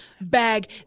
bag